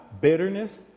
bitterness